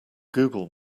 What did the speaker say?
google